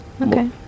okay